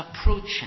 approaching